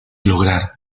lograr